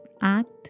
act